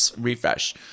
refresh